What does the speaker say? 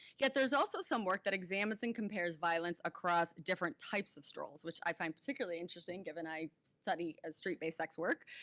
yet there's also some work that examines and compares violence across different types of strolls, which i find particularly interesting given i study street-based sex work.